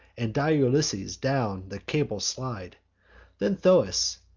and dire ulysses down the cable slide then thoas,